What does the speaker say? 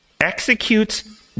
executes